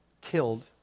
killed